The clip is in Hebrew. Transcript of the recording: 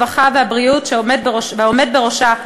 הרווחה והבריאות והעומד בראשה,